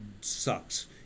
sucks